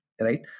right